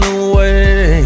away